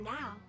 now